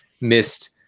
missed